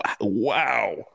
wow